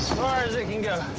far as it can go.